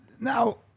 Now